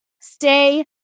stay